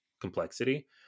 complexity